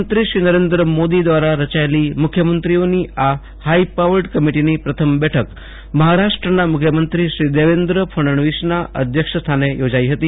પ્રધાનમંત્રી શ્રી નરેન્દ્ર મોદી દ્વારા રચાયેલી મુખ્યમંત્રીઓની આ હાઈપાવર્ડ કમિટિની પ્રથમ બેઠક મહારાષ્ટ્રના મુખ્યમંત્રી શ્રી દેવેન્દ્ર ફણનવીસના અધ્યક્ષસ્થાને યોજાઈ હતી